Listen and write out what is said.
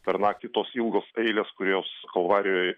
per naktį tos ilgos eilės kurios kalvarijoj